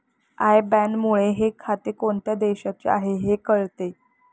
I बॅनमुळे हे खाते कोणत्या देशाचे आहे हे कळते